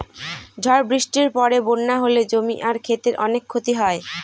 ঝড় বৃষ্টির পরে বন্যা হলে জমি আর ক্ষেতের অনেক ক্ষতি হয়